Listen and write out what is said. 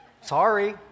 Sorry